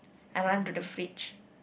I run to the fridge